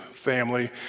Family